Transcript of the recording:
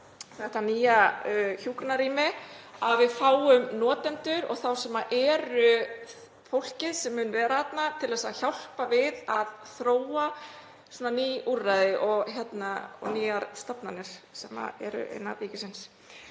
þetta nýja hjúkrunarrými, að við fáum notendur, sem er fólkið sem mun vera þarna, til að hjálpa við að þróa ný úrræði og nýjar stofnanir sem eru innan ríkisins.